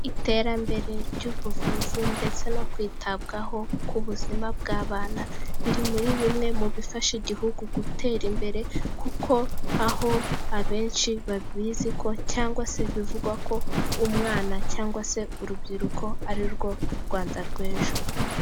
Iterambere ry'ubuvuzi ndetse no kwitabwaho ku buzima bw'abana. Biri muri bimwe mu bifasha igihugu gutera imbere. Kuko aho abenshi babizi ko cyangwa se bivugwa ko umwana cyangwa se urubyiruko arirwo Rwanda rw'ejo.